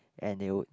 and they would